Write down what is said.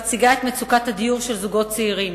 שהציגה את מצוקת הדיור של הזוגות הצעירים